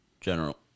General